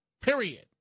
Period